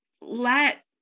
let